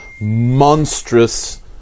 monstrous